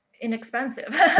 inexpensive